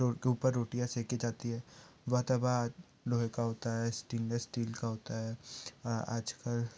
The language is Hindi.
टोर के ऊपर रोटियाँ सेकी जाती है वह तवा लोहे का होता है स्टीनलेस स्टील का होता है आजकल